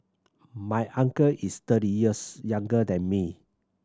my uncle is thirty years younger than me